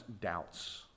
doubts